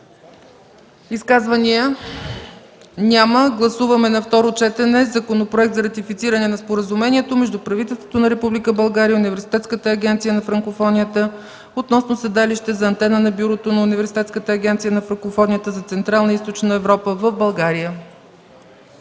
Изказвания? Няма. Гласуваме на второ четене Законопроекта за ратифициране на Споразумението между правителството на Република България и Университетската агенция на Франкофонията относно седалище за Антена на Бюрото на Университетската агенция на Франкофонията за Централна и Източна Европа в България.